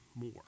more